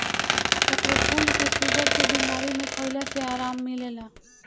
चक्रफूल के शुगर के बीमारी में खइला से आराम मिलेला